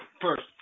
first